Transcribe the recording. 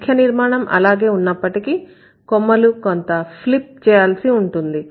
ముఖ్య నిర్మాణం అలాగే ఉన్నప్పటికీ కొమ్మలు కొంత ఫ్లిప్ చేయాల్సి ఉంటుంది